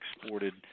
exported